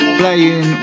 playing